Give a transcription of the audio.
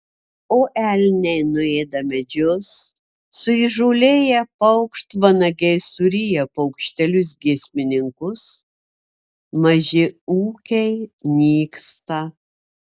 o elniai nuėda medžius suįžūlėję paukštvanagiai suryja paukštelius giesmininkus maži ūkiai nyksta